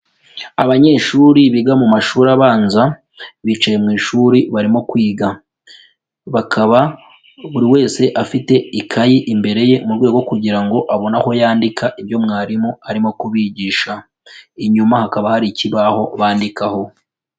Abanyeshuri biga mu mashuri abanza bicaye mu ishuri barimo kwiga, bakaba buri wese afite ikayi imbere ye mu rwego kugira ngo abone aho yandika ibyo mwarimu arimo kubigisha, inyuma hakaba hari ikibaho bandikaho.